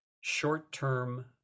short-term